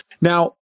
Now